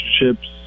relationships